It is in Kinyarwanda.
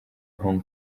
hong